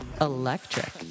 Electric